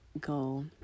goal